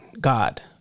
god